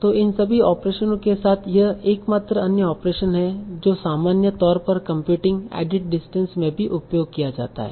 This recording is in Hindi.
तो इन सभी ऑपरेशनों के साथ यह एकमात्र अन्य ऑपरेशन है जो सामान्य तौर पर कंप्यूटिंग एडिट डिस्टेंस में भी उपयोग किया जाता है